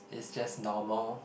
is just normal